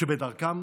שבדרכם